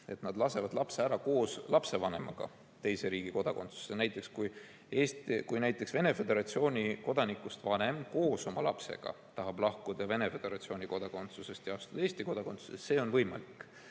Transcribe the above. Nad lasevad lapse ära koos lapsevanemaga teise riigi kodakondsusse. Näiteks kui Venemaa Föderatsiooni kodanikust vanem koos oma lapsega tahab lahkuda Venemaa Föderatsiooni kodakondsusest ja astuda Eesti kodakondsusesse, siis see on võimalik.